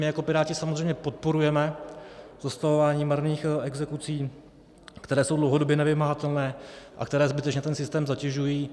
My jako Piráti samozřejmě podporujeme zastavování marných exekucí, které jsou dlouhodobě nevymahatelné a které zbytečně ten systém zatěžují.